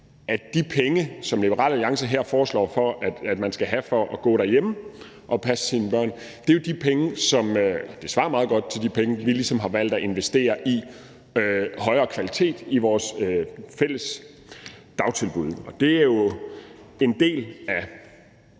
de penge, som Liberal Alliance her foreslår man skal have for at gå derhjemme og passe sine børn. Det svarer meget godt til de penge, vi ligesom har valgt at investere i højere kvalitet i vores fælles dagtilbud, og det er jo en del af